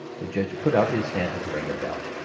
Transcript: the judge put out his hand and rang a bell.